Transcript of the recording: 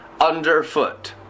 underfoot